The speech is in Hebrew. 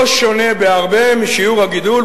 לא שונה בהרבה משיעור הגידול,